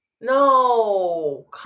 No